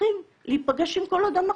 כאזרחים להיפגש עם כל אדם אחר.